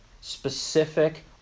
specific